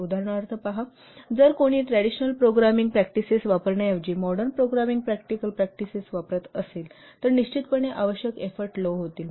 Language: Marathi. उदाहरणार्थ पहा जर कोणी ट्रॅडिशनल प्रोग्रामिंग प्रॅक्टिसेस वापरण्याऐवजी मॉडर्न प्रोग्रामिंग प्रॅक्टिकल प्रॅक्टिसेस वापरत असेल तर निश्चितपणे आवश्यक एफोर्ट लो होतील